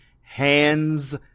hands